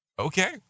Okay